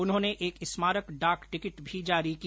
उन्होंने एक स्मारक डाक टिकट भी जारी किया